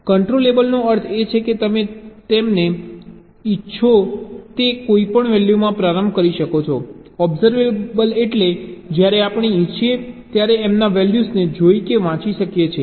કન્ટ્રોલેબલનો અર્થ એ છે કે તમે તેમને તમે ઇચ્છો તે કોઈપણ વેલ્યૂમાં પ્રારંભ કરી શકો છો ઓબ્સર્વેબલ એટલે જ્યારે આપણે ઈચ્છીએ ત્યારે તેમના વેલ્યૂઝને જોઈ કે વાંચી શકીએ છીએ